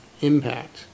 impact